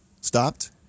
stopped